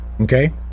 Okay